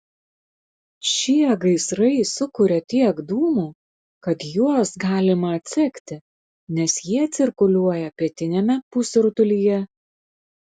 šie gaisrai sukuria tiek dūmų kad juos galima atsekti nes jie cirkuliuoja pietiniame pusrutulyje